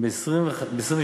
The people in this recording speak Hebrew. באיזה תאריך?